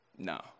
No